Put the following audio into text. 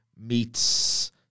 meets